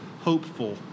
hopeful